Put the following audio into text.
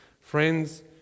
Friends